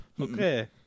Okay